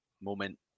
moment